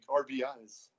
RBIs